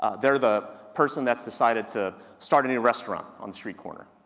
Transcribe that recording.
they're the person that's decided to start a new restaurant on the street corner,